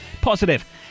positive